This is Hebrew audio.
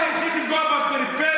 אנחנו הולכים לפגוע בפריפריה?